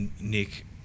Nick